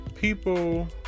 people